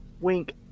wink